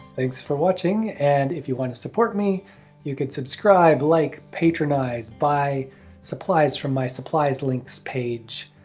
thanks for watching and if you want to support me you can subscribe, like, patronise, buy supplies from my supplies links page,